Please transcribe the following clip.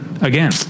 again